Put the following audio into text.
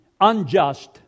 unjust